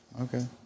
Okay